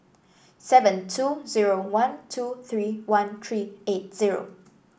seven two zero one two three one three eight zero